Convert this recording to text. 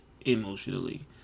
emotionally